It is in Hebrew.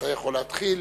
אתה יכול להתחיל.